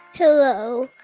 hello,